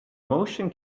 motion